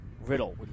Riddle